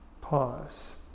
pause